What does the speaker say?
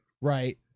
right